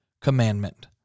commandment